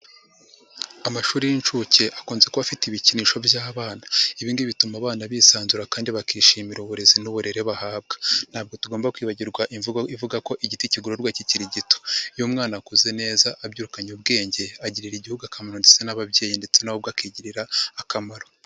Amashuri y'inshuke akunze kuba afite ibikinisho by'abana ibi ngibi bituma abana bisanzura kandi bakishimira uburezi n'uburere bahabwa ntabwo tugomba kwibagirwa imvugo ivuga ko igiti kigororwa kikiri gito, iyo umwana akuze neza abyirukanye ubwenge agirira Igihugu akamaro ndetse n'ababyeyi ndetse nawe ubwe akigirira akamaro.